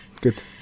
Good